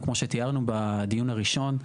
כמו שתיארנו בדיון הראשון,